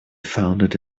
founded